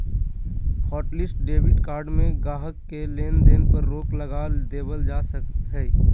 hotlist debit card में गाहक़ के लेन देन पर रोक लगा देबल जा हय